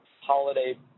holiday